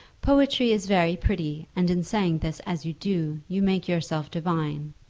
poetry is very pretty, and in saying this as you do, you make yourself divine.